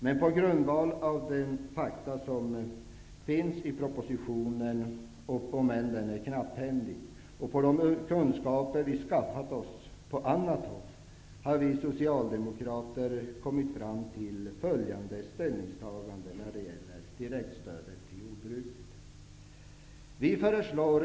Men på grundval av de, om än knapphändiga, fakta som finns i propositionen och de kunskaper vi har skaffat oss på annat håll, har vi socialdemokrater kommit fram till följande ställningstagande när det gäller direktstödet till jordbruket.